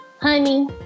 honey